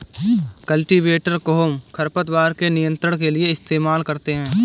cultivator कोहम खरपतवार के नियंत्रण के लिए इस्तेमाल करते हैं